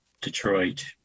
Detroit